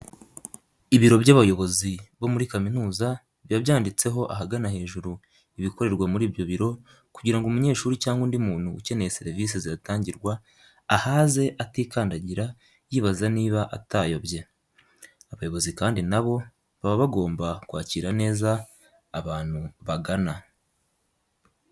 Ibiro by'abayobozi bo muri kaminuza biba byanditseho ahagana hejuru ibikorerwa muri ibyo biro kugira ngo umunyeshuri cyangwa undi muntu ukeneye serivise zihatangirwa ahaze atikandagira yibaza niba atayobye. Abayobozi kandi na bo baba bagomba kwakira neza abantu bagana.